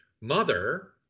mother